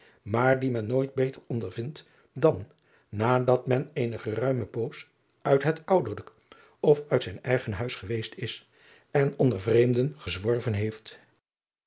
maar die men nooit beter ondervindt dan nadat men eene geruime poos uit het ouderlijk of uit zijn eigen huis geweest is en onder vreemden gezworven heeft